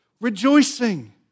rejoicing